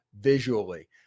visually